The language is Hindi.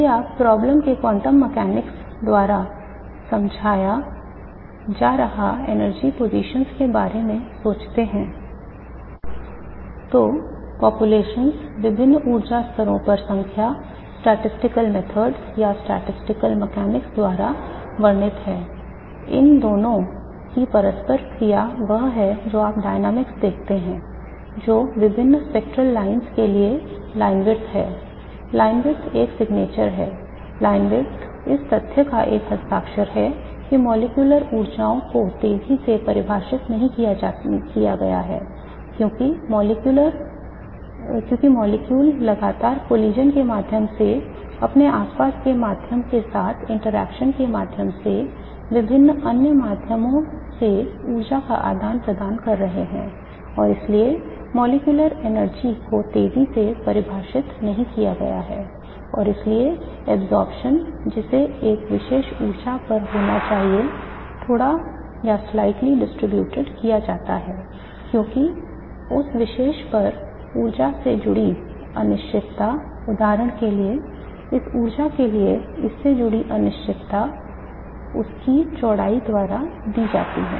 यदि आप problem के quantum mechanics द्वारा समझाया जा रहा energy positions के बारे में सोचते हैं तो populations विभिन्न ऊर्जा स्तरों पर संख्या सांख्यिकीय विधियों उसका चौड़ाई द्वारा दी जाती है